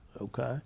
Okay